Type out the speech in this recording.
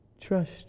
trust